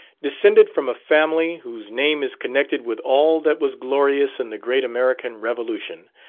descended from a family, whose name is connected with all that was glorious in the great american revolution,